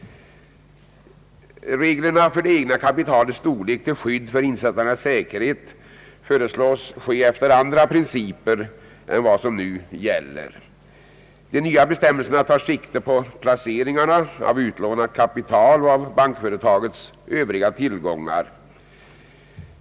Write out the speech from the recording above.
Reglerna för det egna kapitalets storlek till skydd för insättarna föreslås bli fastställda efter andra principer än som nu gäller. De nya bestämmelserna tar sikte på placeringarna av utlånat kapital och av bankföretagets övriga tillgångar.